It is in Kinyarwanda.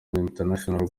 international